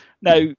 Now